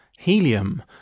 Helium